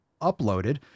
uploaded